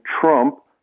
Trump